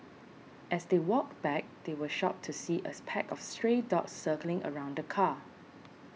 as they walked back they were shocked to see a pack of stray dogs circling around the car